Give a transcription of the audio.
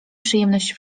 przyjemność